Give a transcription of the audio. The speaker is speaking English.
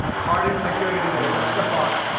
hardened security that have touched upon,